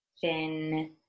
thin